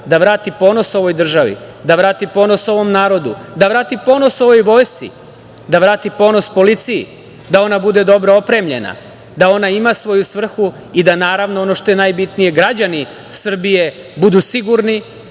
da vrati ponos ovoj državi, da vrati ponos ovom narodu, da vrati ponos ovoj vojsci, da vrati ponos policiji, da ona bude dobro opremljena, da ona ima svoju svrhu i da ono što najbitnije, građani Srbije budu sigurni,